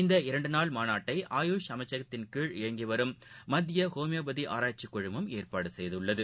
இந்த இரண்டு நாள் மாநாட்டை ஆயுஷ் அமைச்சகத்தின் கீழ் இயங்கி வரும் மத்திய ஹோமியோபதி அராய்ச்சி குழுமம் ஏற்பாடு செய்துள்ளது